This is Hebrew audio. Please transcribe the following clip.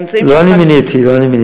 לא אני מיניתי.